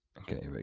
okay,